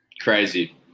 crazy